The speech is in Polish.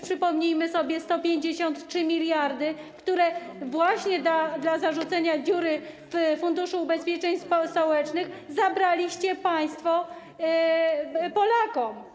Przypomnijmy sobie również 153 mld, które właśnie w celu załatania dziury w Funduszu Ubezpieczeń Społecznych zabraliście państwo Polakom.